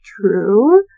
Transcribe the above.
true